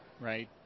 Right